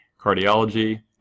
cardiology